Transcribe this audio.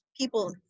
people